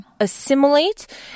assimilate